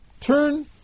turn